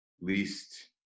least